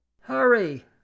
Hurry